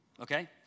Okay